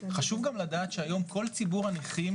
חשוב גם לדעת שהיום כל ציבור הנכים